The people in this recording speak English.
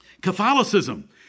Catholicism